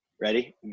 Ready